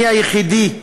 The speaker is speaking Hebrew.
אני היחידי,